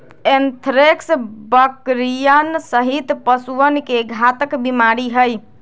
anthrax बकरियन सहित पशुअन के घातक बीमारी हई